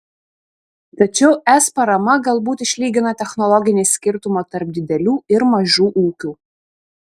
tačiau es parama galbūt išlygina technologinį skirtumą tarp didelių ir mažų ūkių